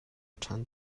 ṭhan